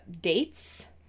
dates